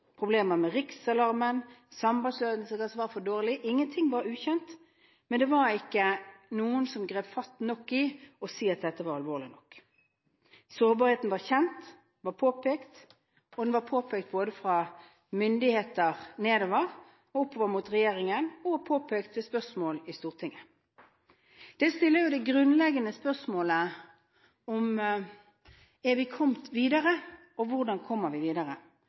problemer med riksalarmen, sambandsøvelser som var for dårlige – ingenting var ukjent, men det var ikke noen som grep nok fatt i dette og sa at dette var alvorlig. Sårbarheten var kjent og påpekt. Den var påpekt både fra myndigheter og nedover, og oppover mot regjeringen, og den var påpekt ved spørsmål i Stortinget. Det stiller det grunnleggende spørsmålet: Har vi kommet videre, og hvordan kommer vi videre?